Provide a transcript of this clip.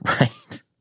right